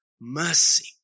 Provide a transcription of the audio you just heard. mercy